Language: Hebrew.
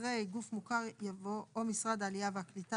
אחרי "גוף מוכר" יבוא "או משרד העלייה והקליטה,